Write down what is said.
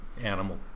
animal